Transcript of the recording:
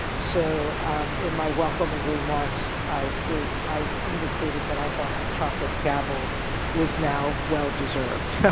so in my welcoming remarks i gave i indicated that i thought the chocolate gavel was now well deserved.